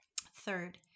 Third